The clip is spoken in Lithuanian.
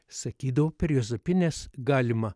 sakydavo per juozapines galima